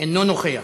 אינו נוכח.